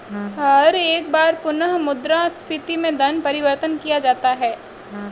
हर एक बार पुनः मुद्रा स्फीती में धन परिवर्तन किया जाता है